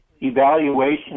evaluation